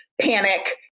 panic